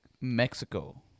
Mexico